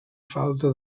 falta